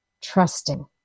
trusting